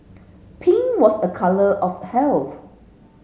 pink was a colour of health